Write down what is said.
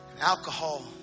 alcohol